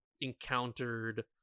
encountered